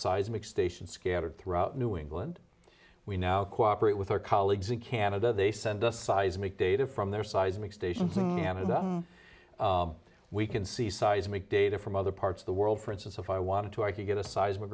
seismic stations scattered throughout new england we now cooperate with our colleagues in canada they send us seismic data from their seismic stations we can see seismic data from other parts of the world for instance if i wanted to i could get a